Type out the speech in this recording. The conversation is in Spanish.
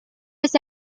ese